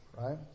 Right